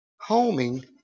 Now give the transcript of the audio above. Homing